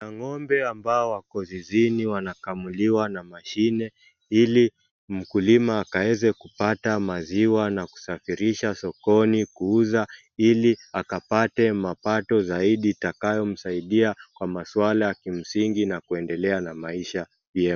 Kuna ng'ombe ambao wako zizini wanakamuliwa na mashine ili mkulima akaeze kupata maziwa na kusafirisha sokoni kuuza ili akapate mapato zaidi itakayo msaidia kwa maswala ya kimsingi na kuendelea na maisha pia.